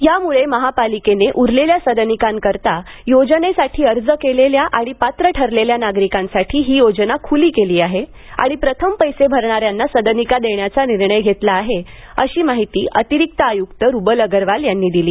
यामुळे महापालिकेने उरलेल्या सदनिकांकरिता योजनेसाठी अर्ज केलेल्या आणि पात्र ठरलेल्या नागरिकांसाठी ही योजना खुली केली आहे आणि प्रथम पैसे भरणाऱ्यांना सदनिका देण्याचा निर्णय घेतला आहे अशी माहिती अतिरिक्त आयुक्त रुबल अग्रवाल यांनी दिली